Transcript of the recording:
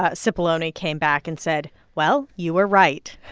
ah cipollone came back and said, well, you were right.